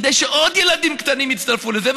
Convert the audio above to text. כדי שעוד ילדים קטנים יצטרפו לזה,